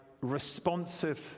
responsive